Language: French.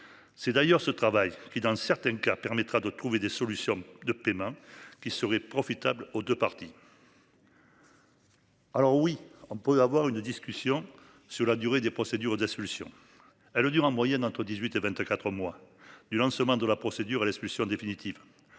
C'est d'ailleurs ce travail qui dans certains cas permettra de trouver des solutions de paiement qui serait profitable aux 2 parties. Alors oui, on peut avoir une discussion sur la durée des procédures de la solution. Allô dure en moyenne entre 18 et 24 mois du lancement de la procédure à l'expulsion définitive